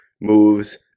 moves